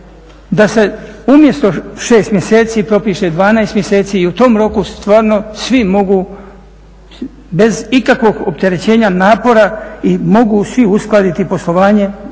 da se umjesto 6 mjeseci propiše 12 mjeseci i u tom roku stvarno svi mogu bez ikakvog opterećenja napora i mogu svi uskladiti poslovanje